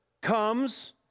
comes